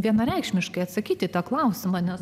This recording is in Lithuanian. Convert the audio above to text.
vienareikšmiškai atsakyti į tą klausimą